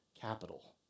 capital